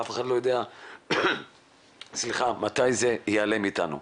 ואף אחד לא יודע מתי זה ייעלם מאתנו.